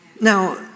Now